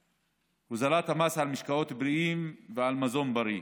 הוזלת המס על משקאות בריאים ועל מזון בריא,